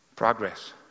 progress